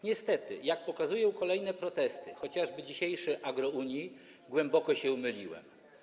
Niestety jak pokazują kolejne protesty, chociażby dzisiejszy AGROunii, głęboko się myliłem.